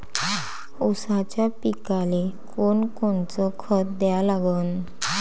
ऊसाच्या पिकाले कोनकोनचं खत द्या लागन?